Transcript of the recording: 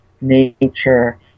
nature